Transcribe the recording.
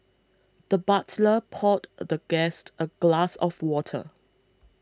the butler poured a the guest a glass of water